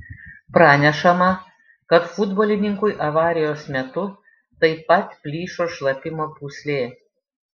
pranešama kad futbolininkui avarijos metu taip pat plyšo šlapimo pūslė